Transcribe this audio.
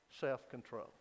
self-control